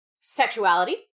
sexuality